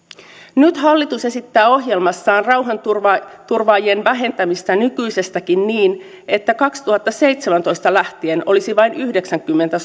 nyt hallitus esittää ohjelmassaan rauhanturvaajien vähentämistä nykyisestäkin niin että kaksituhattaseitsemäntoista lähtien olisi vain yhdeksänkymmentä